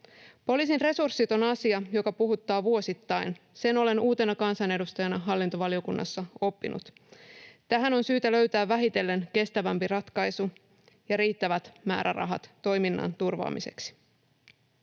Poliisin resurssit on asia, joka puhuttaa vuosittain. Sen olen uutena kansanedustajana hallintovaliokunnassa oppinut. Tähän on syytä löytää vähitellen kestävämpi ratkaisu ja riittävät määrärahat toiminnan turvaamiseksi.